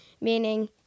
Meaning